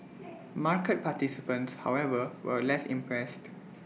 market participants however were less impressed